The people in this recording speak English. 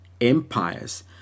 empires